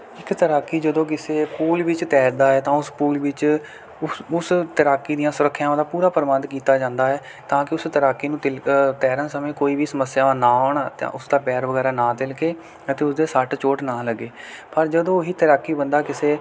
ਇੱਕ ਤੈਰਾਕੀ ਜਦੋਂ ਕਿਸੇ ਪੂਲ ਵਿੱਚ ਤੈਰਦਾ ਹੈ ਤਾਂ ਉਸ ਪੂਲ ਵਿੱਚ ਉਸ ਤੈਰਾਕੀ ਦੀਆਂ ਸੁਰੱਖਿਆਵਾਂ ਦਾ ਪੂਰਾ ਪ੍ਰਬੰਧ ਕੀਤਾ ਜਾਂਦਾ ਹੈ ਤਾਂ ਕਿ ਉਸ ਤੈਰਾਕੀ ਨੂੰ ਤਿਲ ਅ ਤੈਰਨ ਸਮੇਂ ਕੋਈ ਵੀ ਸਮੱਸਿਆ ਨਾ ਆਉਣ ਅਤੇ ਉਸ ਦਾ ਪੈਰ ਵਗੈਰਾ ਨਾ ਤਿਲਕੇ ਅਤੇ ਉਸ ਦੇ ਸੱਟ ਚੋਟ ਨਾ ਲੱਗੇ ਪਰ ਜਦੋਂ ਉਹੀ ਤੈਰਾਕੀ ਬੰਦਾ ਕਿਸੇ